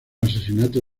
asesinato